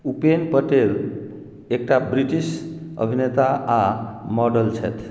उपेन पटेल एकटा ब्रिटिश अभिनेता आ मॉडल छथि